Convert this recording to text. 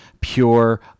pure